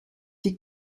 die